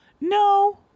No